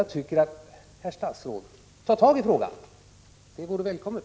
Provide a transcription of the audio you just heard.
Jag tycker att herr statsrådet skall ta tag i frågan — det vore välkommet.